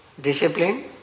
discipline